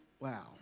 wow